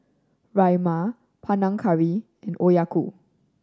Rajma Panang Curry and Okayu